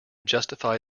justify